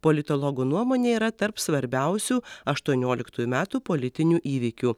politologų nuomone yra tarp svarbiausių aštuonioliktųjų metų politinių įvykių